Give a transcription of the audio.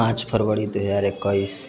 पाँच फरवरी दू हजार एकैस